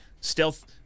stealth